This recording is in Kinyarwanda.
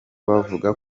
bavuga